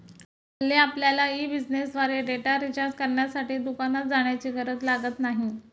हल्ली आपल्यला ई बिझनेसद्वारे डेटा रिचार्ज करण्यासाठी दुकानात जाण्याची गरज लागत नाही